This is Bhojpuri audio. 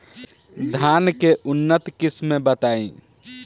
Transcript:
धान के उन्नत किस्म बताई?